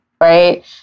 Right